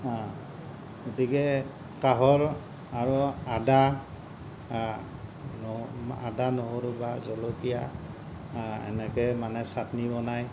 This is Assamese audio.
গতিকে কাহৰ আৰু আদা অঁ আদা নহৰু বা জলকীয়া অঁ এনেকে মানে চাটনি বনাই